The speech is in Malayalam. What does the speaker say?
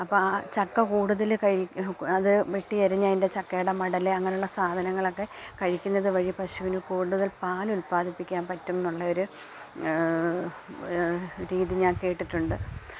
അപ്പോഴാ ചക്ക കൂടുതല് കഴിക്കാന് വെട്ടിയരിഞ്ഞയിൻ്റെ ചക്കയുടെ മടല് അങ്ങനുള്ള സാധനങ്ങളൊക്കെ കഴിക്കുന്നതു വഴി പശുവിന് കൂടുതൽ പാലുല്പാദിപ്പിക്കാൻ പറ്റുമെന്നുള്ളയൊരു രീതി ഞാൻ കേട്ടിട്ടുണ്ട്